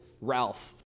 Ralph